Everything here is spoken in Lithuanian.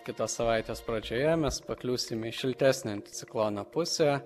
kitos savaitės pradžioje mes pakliūsim į šiltesnę anticiklono pusę